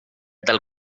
del